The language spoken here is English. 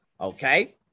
okay